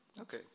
okay